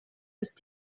ist